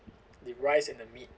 the rice and the meat